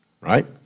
right